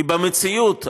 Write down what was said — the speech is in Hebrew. כי במציאות,